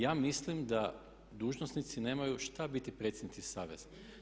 Ja mislim da dužnosnici nemaju što biti predsjednici saveza.